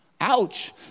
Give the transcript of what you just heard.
Ouch